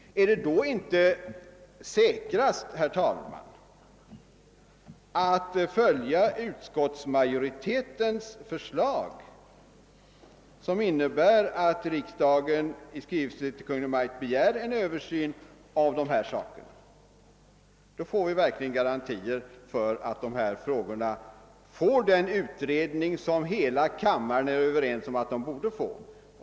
Är det då inte säkrast, herr talman, att följa utskottsmajoritetens förslag, som innebär att riksdagen i skrivelse till Kungl. Maj:t begär en översyn av dessa problem? Då får vi garantier för att dessa frågor blir föremål för den utredning som hela kammaren är ense om att de borde bli.